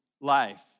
life